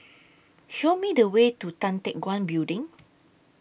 Show Me The Way to Tan Teck Guan Building